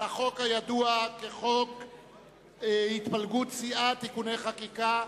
לחוק הידוע בשם הצעת חוק התפלגות סיעה (תיקוני חקיקה),